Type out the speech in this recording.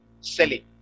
selling